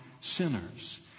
sinners